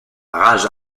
rangée